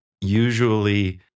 usually